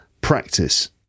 practice